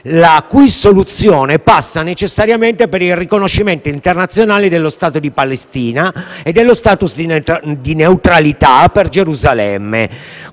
la cui soluzione passa necessariamente per il riconoscimento internazionale dello Stato di Palestina e dello *status* di neutralità per Gerusalemme.